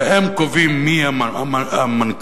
והם קובעים מי המנכ"ל,